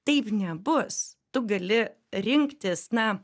taip nebus tu gali rinktis na